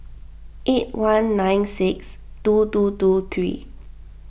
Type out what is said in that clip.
eight one nine six two two two three